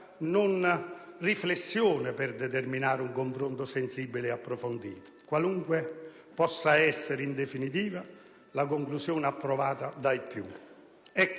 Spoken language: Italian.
riflessione e possono determinare un confronto sensibile e approfondito, qualunque possa essere in definitiva la conclusione approvata dai più».